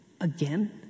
again